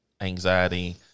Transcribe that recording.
anxiety